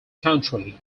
country